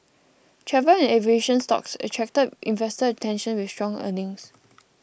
travel and aviation stocks attracted investor attention with strong earnings